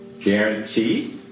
guarantee